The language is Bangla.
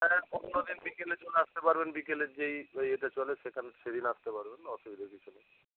হ্যাঁ পনেরো দিন বিকেলে চলে আসতে পারবেন বিকেলের যেই ইয়েতে চলে সেখানে সেদিন আসতে পারবেন অসুবিধার কিছু নেই